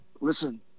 listen